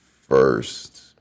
first